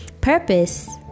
purpose